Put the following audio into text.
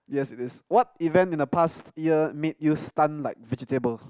yes it is what event in the past year make you stun like vegetable